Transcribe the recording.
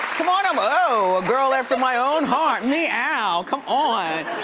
come on over. oh, a girl after my own heart. meow. come on,